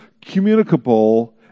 communicable